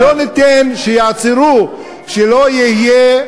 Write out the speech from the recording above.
ולא ניתן שיעצרו, שלא יהיה,